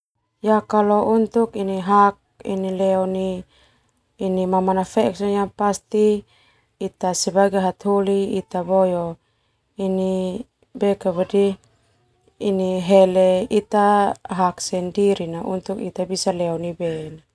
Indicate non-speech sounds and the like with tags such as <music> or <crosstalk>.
Untuk hal leo nai mamanak feek sona ita sebagai hataholi ita <hesitation> hele ita hak sendiri na. <unintelligible>